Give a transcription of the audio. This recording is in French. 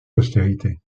postérité